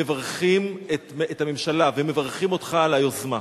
מברכים את הממשלה ומברכים אותך על היוזמה.